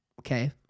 okay